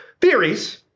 theories